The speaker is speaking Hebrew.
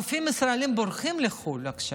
רופאים ישראלים בורחים לחו"ל עכשיו.